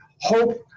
hope